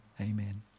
amen